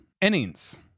innings